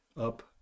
up